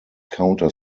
counter